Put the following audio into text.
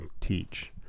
teach